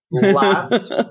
Last